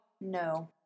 no